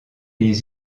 les